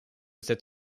cet